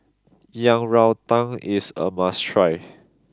Yang Rou Tang is a must try